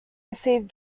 received